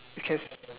you can